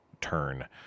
turn